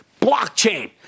blockchain